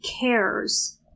cares